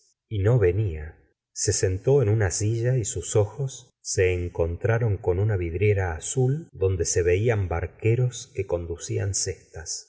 y no venia se sentó en una silla y sus ojos se encontraron con una vidriera azul donde se veían barqueros que conducían cestas